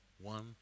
one